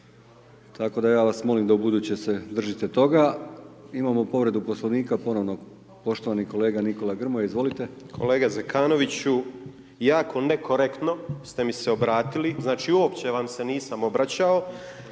Tako da ja vas molim da ubuduće se držite toga. Imamo povredu Poslovnika ponovno poštovani kolega Nikola Grmoja. Izvolite. **Grmoja, Nikola (MOST)** Kolega Zekanoviću, jako nekorektno ste mi se obratili, znači uopće vam se nisam obraćao.